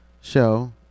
show